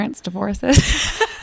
divorces